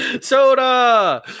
Soda